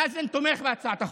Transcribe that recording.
מאזן תומך בהצעת החוק.